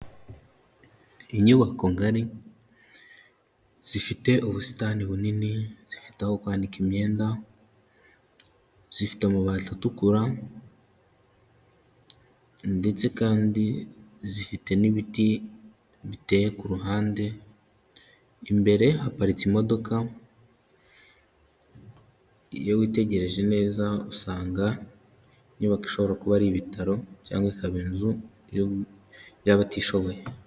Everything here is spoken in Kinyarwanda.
Inyubako ngari, zifite ubusitani bunini, zifite aho kwanika imyenda, zifite amabati atukura ndetse kandi zifite n'ibiti biteye ku ruhande, imbere haparika imodoka, iyo witegereje neza usanga iyi nyubako ishobora kuba ari ibitaro cyangwa ikaba inzu y'abatishoboye.